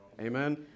Amen